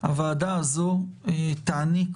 הוועדה הזאת תעניק